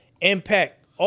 Impact